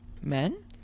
men